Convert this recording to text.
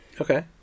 Okay